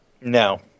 No